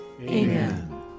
Amen